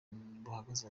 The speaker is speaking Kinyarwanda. buhagaze